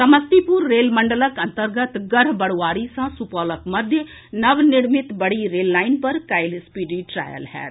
Samastipur rail मंडलक अंतर्गत गढ़ बरूआरी सँ सुपौलक मध्य नवनिर्मित बड़ी रेललाईन पर काल्हि स्पीडी ट्रायल होयत